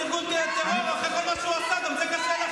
תרד מהשיטה הזאת, עזוב אותך.